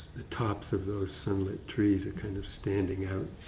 the tops of those sunlit trees are kind of standing out.